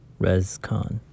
rescon